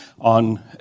on